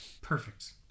Perfect